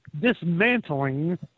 dismantling